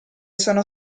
sono